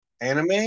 anime